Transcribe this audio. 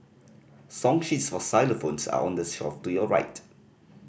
song sheets for xylophones are on the shelf to your right